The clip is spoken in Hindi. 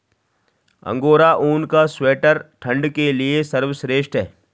अंगोरा ऊन का स्वेटर ठंड के लिए सर्वश्रेष्ठ है